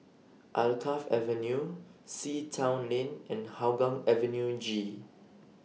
Alkaff Avenue Sea Town Lane and Hougang Avenue G